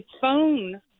phone